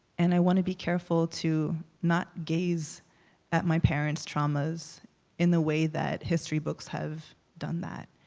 and i wanna be careful to not gaze at my parents traumas in the way that history books have done that.